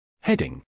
Heading